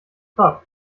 trab